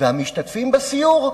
והמשתתפים בסיור,